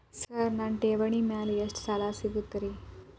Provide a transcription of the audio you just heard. Sir ನನ್ನ ಠೇವಣಿ ಮೇಲೆ ಎಷ್ಟು ಸಾಲ ಸಿಗುತ್ತೆ ರೇ?